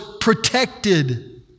protected